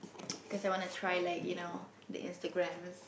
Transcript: because I want to try like you know the Instagram